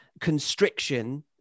constriction